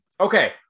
okay